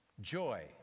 joy